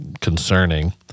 concerning